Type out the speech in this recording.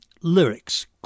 Lyrics